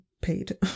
paid